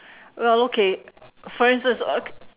well okay for instance okay